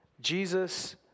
Jesus